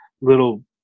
little